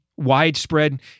widespread